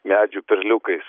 medžių perliukais